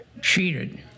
cheated